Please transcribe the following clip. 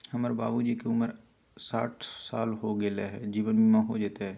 हमर बाबूजी के उमर साठ साल हो गैलई ह, जीवन बीमा हो जैतई?